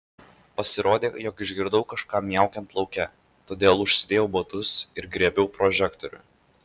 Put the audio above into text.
pasirodė jog išgirdau kažką miaukiant lauke todėl užsidėjau batus ir griebiau prožektorių